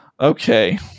Okay